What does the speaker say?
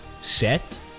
set